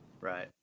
Right